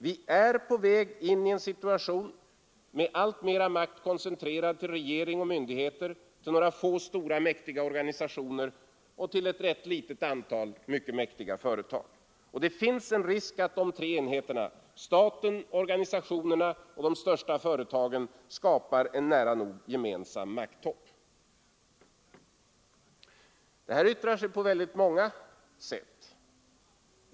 Vi är på väg in i en situation med alltmera makt koncentrerad till regering och myndigheter, till några få mäktiga organisationer och till ett rätt litet antal mycket mäktiga företag. Det finns en risk att de tre enheterna — staten, organisationerna och de stora företagen — skapar en nära nog gemensam makttopp. Det här yttrar sig på väldigt många sätt.